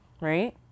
Right